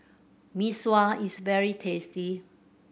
Mee Sua is very tasty